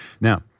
now